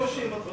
כמה יש עוד?